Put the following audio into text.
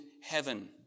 heaven